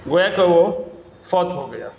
وہ یہ ہے کہ وہ فوت ہو گیا